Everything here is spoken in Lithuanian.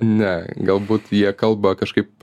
ne galbūt jie kalba kažkaip